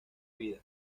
vida